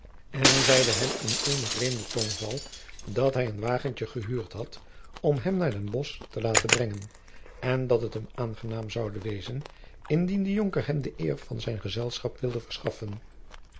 en zeide hem in eenen vreemden tongval dat hij een wagentje gehuurd had om hem naar den bosch te laten brengen en dat het hem aangenaam zoude wezen indien de jonker hem de eer van zijn gezelschap wilde verschaffen